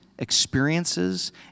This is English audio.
experiences